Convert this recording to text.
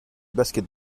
basket